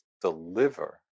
deliver